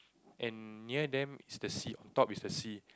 and near them is the sea top is the sea